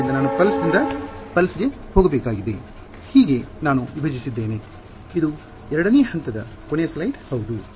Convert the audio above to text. ಆದ್ದರಿಂದ ನಾನು ಪಲ್ಸ್ ದಿಂದ ಪಲ್ಸ್ ಗೆ ಹೋಗಬೇಕಾಗಿದೆ ಹೀಗೆ ನಾನು ವಿಭಜಿಸಿದ್ದೇನೆ ಇದು ೨ ನೇ ಹಂತದ ಕೊನೆಯ ಸ್ಲೈಡ್ ಹೌದು